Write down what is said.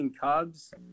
Cubs